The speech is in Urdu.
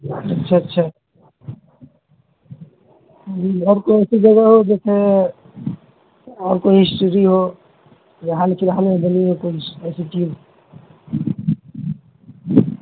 اچھا اچھا اور کون سی جگہ ہوگی جیسے اور کوئی ہسٹری ہو حال فی الحال میں بنی ہو کوئی ایسی چیز